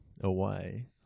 away